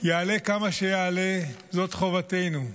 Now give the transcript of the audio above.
יעלה כמה שיעלה, זאת חובתנו.